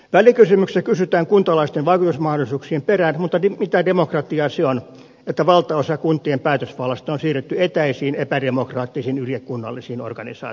välikysymyksessä kysytään kuntalaisten vaikutusmahdollisuuksien perään mutta mitä demokratiaa se on että valtaosa kuntien päätösvallasta on siirretty etäisiin epädemokraattisiin ylikunnallisiin organisaatioihin